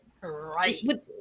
Right